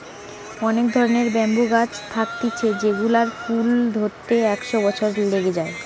অনেক ধরণের ব্যাম্বু গাছ থাকতিছে যেগুলার ফুল ধরতে একশ বছর লাগে যায়